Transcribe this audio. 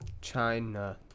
China